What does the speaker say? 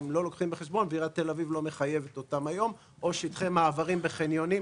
או שטחי מעבר בחניונים,